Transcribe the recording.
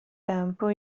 tempo